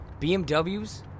BMWs